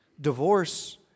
divorce